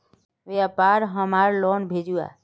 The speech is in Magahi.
व्यापार हमार लोन भेजुआ?